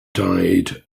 died